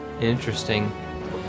Interesting